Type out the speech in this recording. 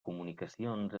comunicacions